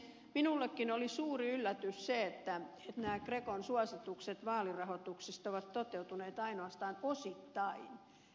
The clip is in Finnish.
minullekin oli suuri yllätys se että nämä grecon suositukset vaalirahoituksesta ovat toteutuneet ainoastaan osittain